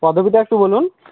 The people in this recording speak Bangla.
পদবিটা একটু বলুন